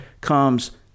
comes